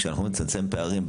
כשאנחנו אומרים לצמצם פערים,